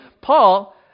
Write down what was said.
Paul